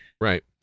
Right